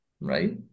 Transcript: right